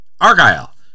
Argyle